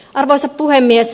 arvoisa puhemies